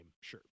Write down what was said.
Sure